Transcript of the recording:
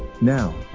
Now